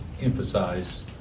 emphasize